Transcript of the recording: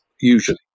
usually